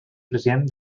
president